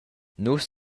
nus